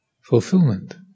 Fulfillment